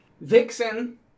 Vixen